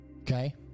okay